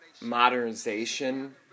modernization